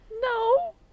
no